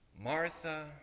Martha